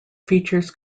features